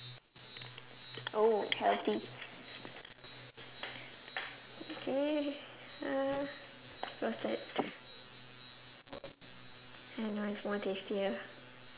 oh healthy eh uh roasted it's much more tastier